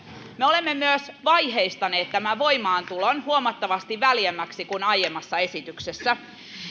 me olemme myös vaiheistaneet tämän voimaantulon huomattavasti väljemmäksi kuin aiemmassa esityksessä